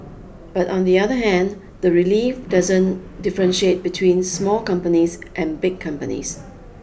but on the other hand the relief doesn't differentiate between small companies and big companies